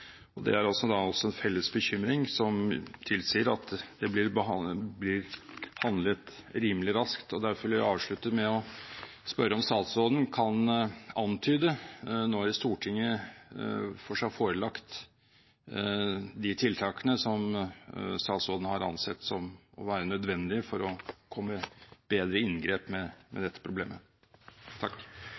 Det er også en felles bekymring som tilsier at det blir handlet rimelig raskt. Derfor vil jeg avslutte med å spørre om statsråden kan antyde når Stortinget får seg forelagt de tiltakene som statsråden har ansett å være nødvendige for å komme bedre i inngrep med dette problemet.